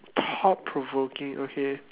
thought provoking okay